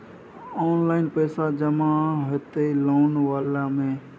Online पैसा जमा हते लोन वाला में?